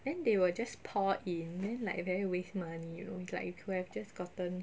then they will just pour in then like very waste money you know it's like you could have just gotten